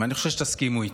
ואני חושב שתסכימו איתי,